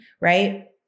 right